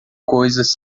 coisas